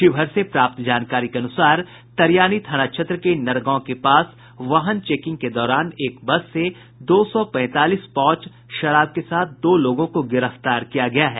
शिवहर से प्राप्त जानकारी के अनुसार तरियानी थाना क्षेत्र के नरगांव के पास वाहन चेकिंग के दौरान एक बस से दो सौ पैंतालीस पाउच शराब के साथ दो लोगों को गिरफ्तार किया गया है